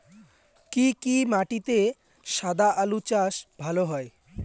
কি কি মাটিতে সাদা আলু চাষ ভালো হয়?